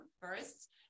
first